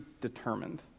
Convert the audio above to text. determined